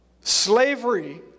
slavery